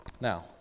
Now